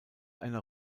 einer